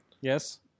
Yes